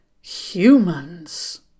Humans